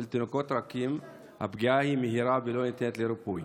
אצל תינוקות רכים הפגיעה היא מהירה ולא ניתנת לריפוי.